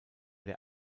der